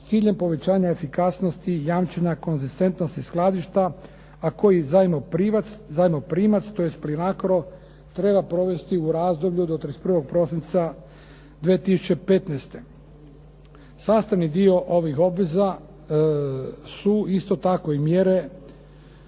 s ciljem povećanja efikasnosti, jamčena konzistentnost skladišta, a koji zajmoprimac tj. Plinacro treba provesti u razdoblju do 31. prosinca 2015. Sastavni dio ovih obveza su isto tako i mjere